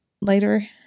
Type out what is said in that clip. later